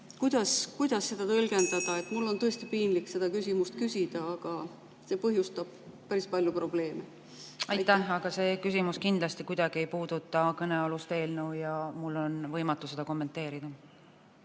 Kuidas seda tõlgendada? Mul on tõesti piinlik seda küsimust küsida, aga see põhjustab päris palju probleeme. Aitäh! Aga see küsimus kindlasti kuidagi ei puuduta kõnealust eelnõu ja mul on võimatu seda kommenteerida.